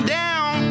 down